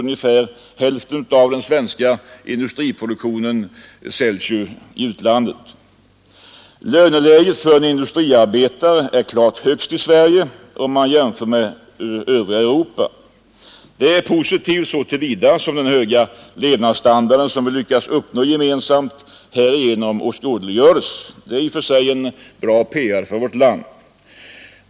Ungefär hälften av den svenska industriproduktionen säljs ju i utlandet. Löneläget för en industriarbetare är klart högst i Sverige, om man jämför med övriga Europa. Detta är positivt så till vida som den höga levnadsstandard vi lyckas uppnå härigenom åskådliggörs, och det är i och för sig bra PR för vårt land.